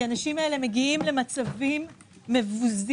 כי האנשים האלה מגיעים למצבים מבוזים,